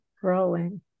growing